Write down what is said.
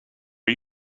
are